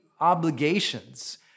obligations